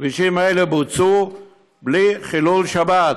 הכבישים האלה בוצעו בלי חילול שבת,